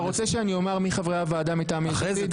אתה רוצה שאני אומר מי חברי הוועדה מטעם יש עתיד?